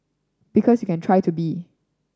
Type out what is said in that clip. because you can try to be